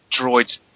droids